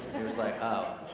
he was like, oh,